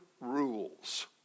rules